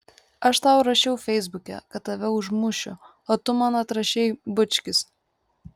aš tau rašiau feisbuke kad tave užmušiu o tu man atrašei bučkis